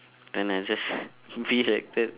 then I just be like that